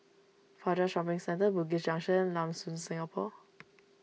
Fajar Shopping Centre Bugis Junction Lam Soon Singapore